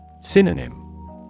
Synonym